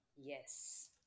Yes